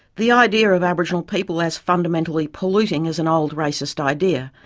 the idea of aboriginal people as fundamentally polluting is an old racist idea,